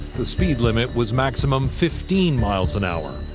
the speed limit was maximum fifteen miles an hour.